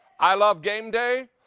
i love game day,